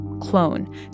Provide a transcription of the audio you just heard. clone